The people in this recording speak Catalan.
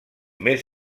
més